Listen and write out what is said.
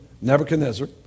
Nebuchadnezzar